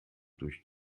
durch